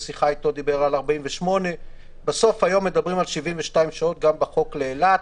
בשיחה אתו דיבר על 48. בסוף היום מדברים על 72 שעות גם בחוק לאילת,